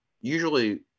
usually